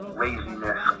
laziness